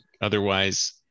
Otherwise